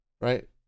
right